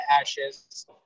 ashes